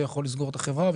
יכול לסגור את החברה,